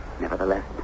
Nevertheless